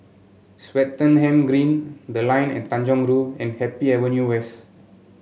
Swettenham Green The Line at Tanjong Rhu and Happy Avenue West